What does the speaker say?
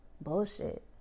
bullshit